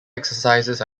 exercises